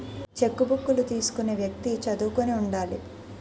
చెక్కుబుక్కులు తీసుకునే వ్యక్తి చదువుకుని ఉండాలి